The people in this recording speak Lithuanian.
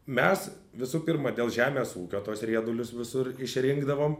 mes visų pirma dėl žemės ūkio tuos riedulius visur išrinkdavom